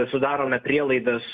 sudarome prielaidas